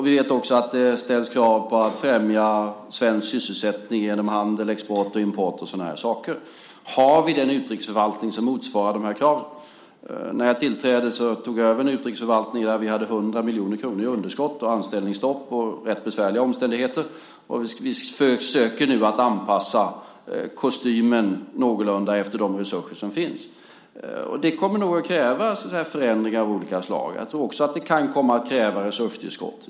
Vi vet också att det ställs krav på att främja svensk sysselsättning genom handel, export, import och sådana saker. Har vi en utrikesförvaltning som motsvarar de kraven? När jag tillträdde tog jag över en utrikesförvaltning där vi hade 100 miljoner kronor i underskott, anställningsstopp och rätt besvärliga omständigheter. Vi försöker nu att anpassa kostymen någorlunda efter de resurser som finns. Det kommer nog att kräva förändringar av olika slag. Jag tror också att det kan komma att kräva resurstillskott.